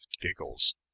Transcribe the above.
giggles